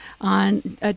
on